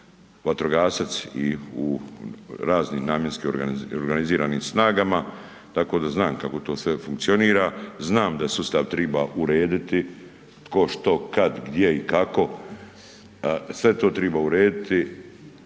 i vatrogasac i u raznim namjenskim organiziranim snagama tako da znam kako to sve funkcionira, znam da sustav triba urediti, tko što kad gdje i kako. Sve to triba urediti.